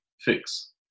fix